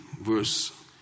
verse